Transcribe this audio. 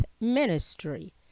ministry